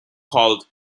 called